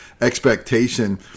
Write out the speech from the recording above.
expectation